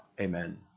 amen